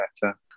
better